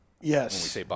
Yes